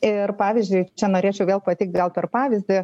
ir pavyzdžiui čia norėčiau vėl pateikt gal per pavyzdį